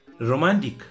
Romantic